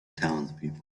townspeople